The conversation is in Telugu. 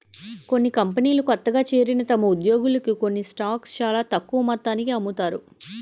కొన్ని కంపెనీలు కొత్తగా చేరిన తమ ఉద్యోగులకు కొన్ని స్టాక్స్ చాలా తక్కువ మొత్తానికి అమ్ముతారు